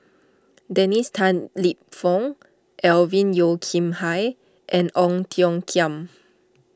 Dennis Tan Lip Fong Alvin Yeo Khirn Hai and Ong Tiong Khiam